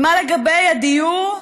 ומה לגבי הדיור?